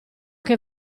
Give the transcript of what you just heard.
che